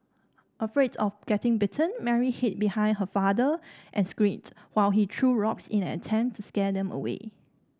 afraid of getting bitten Mary hid behind her father and screamed while he threw rocks in an attempt to scare them away